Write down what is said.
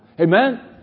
Amen